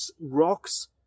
Rocks